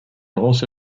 also